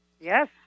Yes